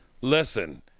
listen